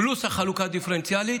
פלוס החלוקה הדיפרנציאלית,